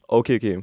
okay okay